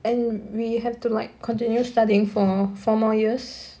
and we have to like continue studying for four more years